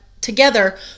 together